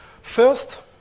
First